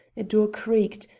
a door creaked,